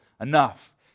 enough